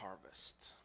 harvest